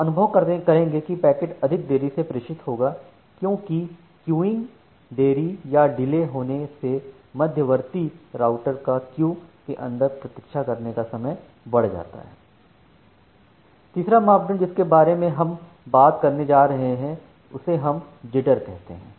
आप अनुभव करेंगे कि पैकेट अधिक देरी से प्रेषित होगा क्योंकि क्यूइंग देरी या डिले होने से मध्यवर्ती राउटर का क्यू के अंदर प्रतीक्षा करने का समय बढ़ जाता है तीसरा मापदंड जिसके बारे में हम बात करने जा रहे हैं उसे हम जिटर कहते हैं